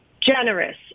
generous